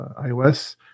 iOS